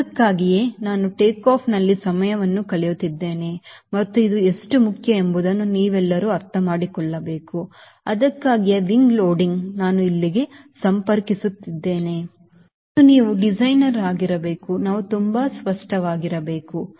ಆದ್ದರಿಂದ ಅದಕ್ಕಾಗಿಯೇ ನಾನು ಟೇಕ್ಆಫ್ನಲ್ಲಿ ಸಮಯವನ್ನು ಕಳೆಯುತ್ತಿದ್ದೇನೆ ಮತ್ತು ಇದು ಎಷ್ಟು ಮುಖ್ಯ ಎಂಬುದನ್ನು ನೀವೆಲ್ಲರೂ ಅರ್ಥಮಾಡಿಕೊಳ್ಳಬೇಕು ಅದಕ್ಕಾಗಿಯೇ ವಿಂಗ್ ಲೋಡಿಂಗ್ ನಾನು ಇಲ್ಲಿಗೆ ಸಂಪರ್ಕಿಸುತ್ತಿದ್ದೇನೆ ಮತ್ತು ನಾವು ಡಿಸೈನರ್ ಆಗಿರಬೇಕು ನಾವು ತುಂಬಾ ಸ್ಪಷ್ಟವಾಗಿರಬೇಕು